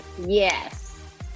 Yes